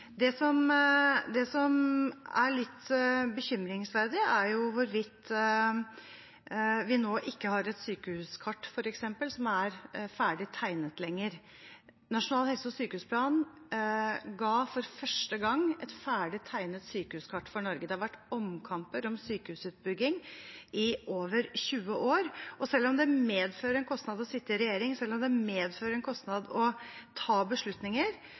Det som er litt bekymringsverdig, er f.eks. hvorvidt vi nå har et sykehuskart som ikke lenger er ferdig tegnet. Nasjonal helse- og sykehusplan ga for første gang et ferdig tegnet sykehuskart for Norge. Det har vært omkamper om sykehusutbygging i over 20 år, og selv om det medfører en kostnad å sitte i regjering, og selv om det medfører en kostnad å ta beslutninger,